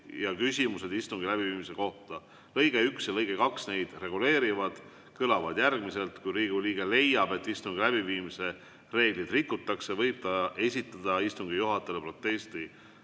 ja küsimused istungi läbiviimise kohta. Lõige 1 ja lõige 2 neid reguleerivad, need kõlavad järgmiselt: "Kui Riigikogu liige leiab, et istungi läbiviimise reegleid rikutakse, võib ta esitada istungi juhatajale protesti."